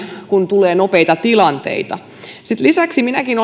kun tulee nopeita tilanteita sitten lisäksi minäkin